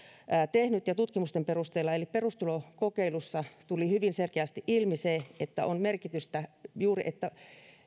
tehnyt tutkimusten perusteella eli perustulokokeilussa tuli hyvin selkeästi ilmi se että on merkitystä juuri sillä että